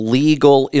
legal